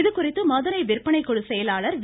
இதுகுறித்து மதுரை விற்பனை குழு செயலாளர் வி